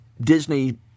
Disney